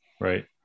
Right